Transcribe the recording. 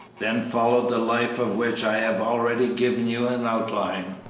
then followed the life of which i have already given you an outline.